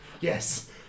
Yes